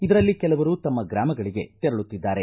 ಇದರಲ್ಲಿ ಕೆಲವರು ತಮ್ಮ ಗ್ರಾಮಗಳಿಗೆ ತೆರಳುತ್ತಿದ್ದಾರೆ